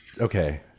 okay